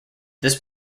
this